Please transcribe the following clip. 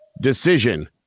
decision